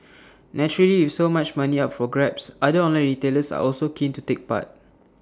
naturally with so much money up for grabs other online retailers are also keen to take part